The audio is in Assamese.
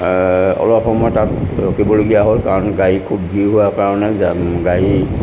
অলপ সময় তাত ৰখিবলগীয়া হ'ল কাৰণ গাড়ী খুব ভীৰ হোৱাৰ কাৰণে গায়ি